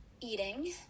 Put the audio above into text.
Eating